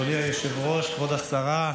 אדוני היושב-ראש, כבוד השרה,